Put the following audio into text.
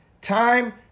Time